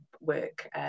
work